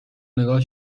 نگاه